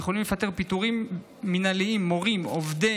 יכולים לפטר פיטורים מינהליים מורים עובדי